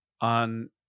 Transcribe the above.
on